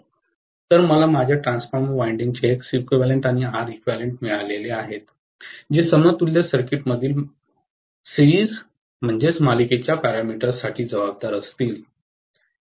तर मला माझ्या ट्रान्सफॉर्मर वायंडिंग चे Xeq आणि Req मिळाले आहेत जे समतुल्य सर्किटमधील मालिकेच्या पॅरामीटर्स साठी जबाबदार असतील